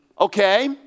Okay